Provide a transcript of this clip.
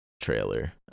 Trailer